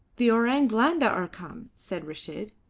the orang blanda are come, said reshid,